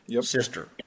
sister